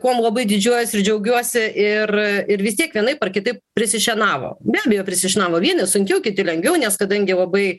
kuom labai didžiuojuosi ir džiaugiuosi ir ir vis tiek vienaip ar kitaip prisišienavo be abejo prisišienavo vieni sunkiau kiti lengviau nes kadangi labai